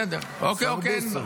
בסדר, אוקיי, אוקיי.